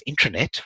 intranet